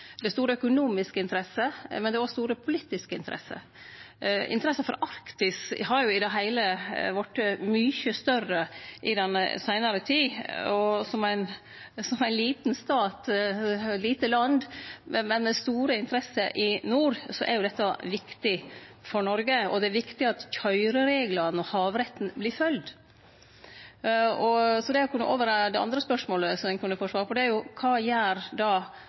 Det er store økonomiske interesser, men det er òg store politiske interesser. Interessa for Arktis har i det heile vorte mykje større i den seinare tida. Som eit lite land med store interesser i nord er dette viktig for Noreg, og det er viktig at køyrereglane og havretten vert følgd. Så kjem ein over i det andre spørsmålet ein kunne få svar på: Kva gjer då Noreg? Ja, ein bringar opp kvotar, og det